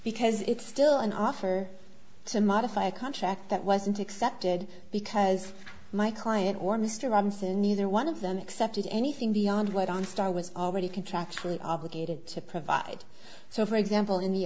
because it's still an offer to modify a contract that wasn't accepted because my client or mr robinson neither one of them accepted anything beyond what on star was already contractually obligated to provide so for example in the